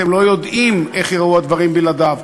אתם לא יודעים איך ייראו הדברים בלעדיו.